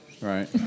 right